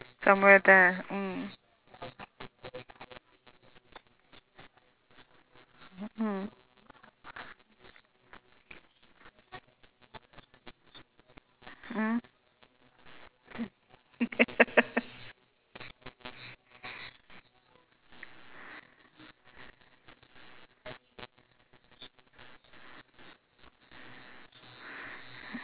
somewhere there mm mm mmhmm